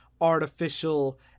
artificial